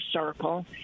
circle